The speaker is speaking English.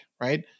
right